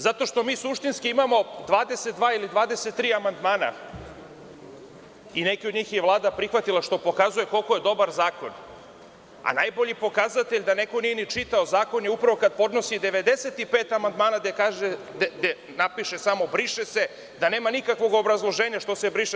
Zato što suštinski imamo 22 ili 23 amandmana, neke od njih je i Vlada prihvatila što pokazuje koliko je dobar zakon, a najbolji pokazatelj da neko nije ni čitao zakon je upravo kada podnosi 95 amandmana gde napiše samo – briše se, da nema nikakvog obrazloženja zašto se briše.